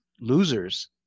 losers